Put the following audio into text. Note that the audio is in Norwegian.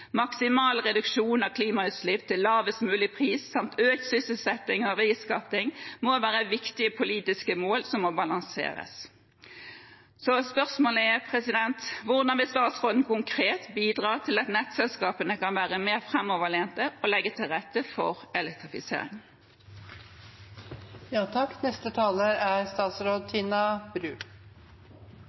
Maksimal reduksjon av klimautslipp til lavest mulig pris samt økt sysselsetting og verdiskaping må være viktige politiske mål som må balanseres. Så spørsmålet er: Hvordan vil statsråden konkret bidra til at nettselskapene kan være mer framoverlente og legge til rette for